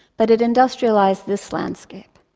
but it industrialised this landscape.